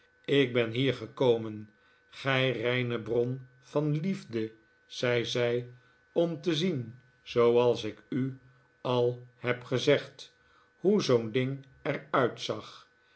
ik ben hier gekomen gij reine bron van liefde zei zij om te zien zooals ik u al heb gezegd hoe zoo'n ding er uitzag